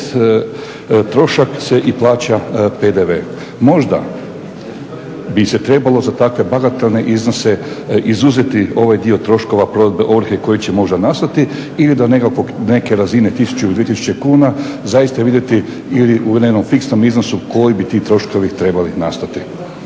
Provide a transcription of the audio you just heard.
opet trošak se i plaća PDV. Možda bi se trebalo za takve bagatelne iznose izuzeti ovaj dio troškova provedbe ovrhe koji će možda nastati ili do neke razine 1000 ili 2000 kuna zaista vidjeti ili na jednom fiksnom iznosu koji bi troškovi trebali nastati.